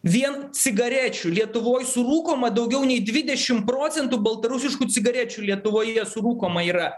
vien cigarečių lietuvoj surūkoma daugiau nei dvidešim procentų baltarusiškų cigarečių lietuvoje surūkoma yra